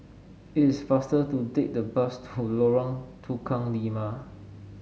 it is faster to take the bus to Lorong Tukang Lima